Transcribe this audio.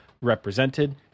represented